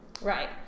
Right